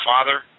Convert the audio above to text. Father